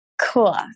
Cool